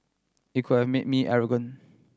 it could have made me arrogant